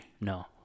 No